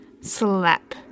Slap